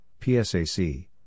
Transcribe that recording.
PSAC